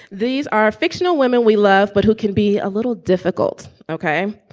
these are fictional women we love, but who can be a little difficult? okay.